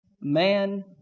man